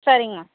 சரிங்கம்மா